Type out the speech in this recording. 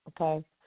okay